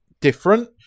different